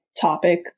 topic